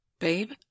Babe